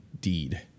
deed